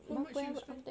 how much ah you spend